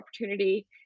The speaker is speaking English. opportunity